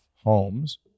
homes